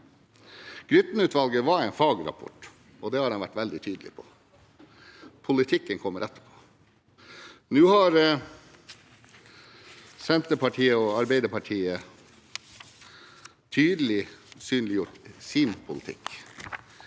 Grytten-utvalget var en fagrapport, og det har de vært veldig tydelige på. Politikken kommer etterpå. Nå har Senterpartiet og Arbeiderpartiet tydelig synliggjort sin politikk.